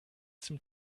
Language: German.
zum